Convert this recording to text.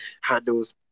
handles